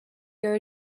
your